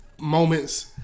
moments